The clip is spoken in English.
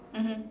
mmhmm